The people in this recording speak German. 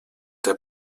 der